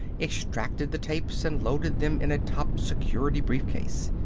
extracted the tapes and loaded them in a top-security briefcase.